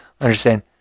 understand